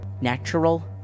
Natural